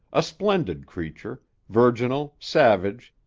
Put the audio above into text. a splendid creature, virginal, savage,